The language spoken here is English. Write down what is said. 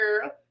girl